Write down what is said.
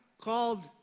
called